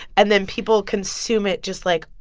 and then people consume it just, like,